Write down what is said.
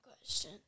question